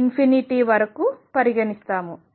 ∞ నుండి వరకు పరిగణిస్తాము